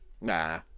nah